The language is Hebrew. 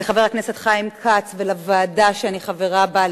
לחבר הכנסת חיים כץ ולוועדה שאני חברה בה.